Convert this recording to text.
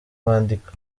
bandika